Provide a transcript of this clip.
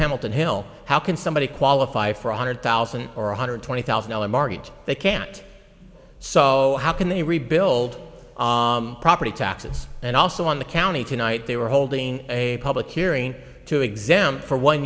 hamilton hill how can somebody qualify for one hundred thousand or one hundred twenty thousand dollars market they can't so how can they rebuild property taxes and also on the county tonight they were holding a public hearing to examine for one